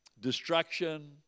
destruction